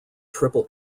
triple